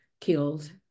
killed